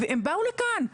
הם באו לכאן,